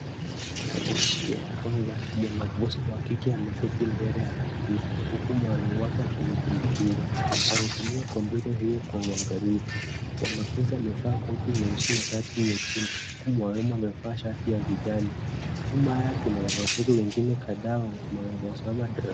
Katika picha ya kwanza mwanafunzi wa kike ameketi mbele ya kompyuta huku mwalimu akimzindikiza. Anatumia kompyuta hiyo kwa uangalifu. Mwanafunzi amevaa koti nyeusi na shati nyekundu huku mwalimu amevaa shati ya kijani. Nyuma yako kuna wanafunzi kadhaa wamesimama nyuma darasani.